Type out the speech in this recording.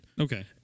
Okay